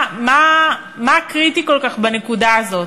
מה קריטי כל כך בנקודה הזאת?